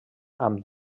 amb